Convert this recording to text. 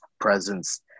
presence